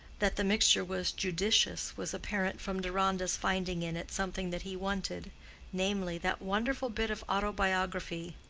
that the mixture was judicious was apparent from deronda's finding in it something that he wanted namely, that wonderful bit of autobiography,